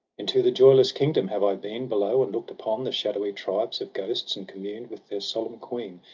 into the joyless kingdom have i been. below, and look'd upon the shadowy tribes of ghosts, and communed with their solemn queen,